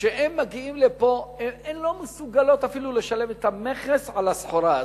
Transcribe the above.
וכשאלה מגיעים לפה הן לא מסוגלות אפילו לשלם את המכס על הסחורה הזאת,